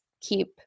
keep